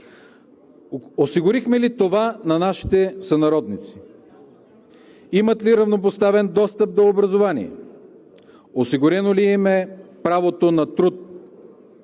Осигурихме ли това на нашите сънародници? Имат ли равнопоставен достъп до образование, осигурено ли е им правото на труд?